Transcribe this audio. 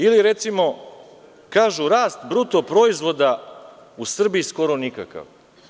Ili, recimo, kažu – rast bruto proizvoda u Srbiji skoro nikakav.